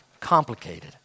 complicated